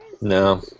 No